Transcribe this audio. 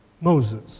Moses